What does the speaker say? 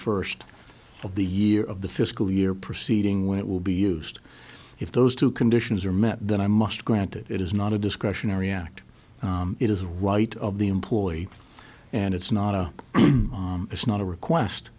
first of the year of the fiscal year proceeding when it will be used if those two conditions are met then i must grant that it is not a discretionary act it is right of the employee and it's not a it's not a request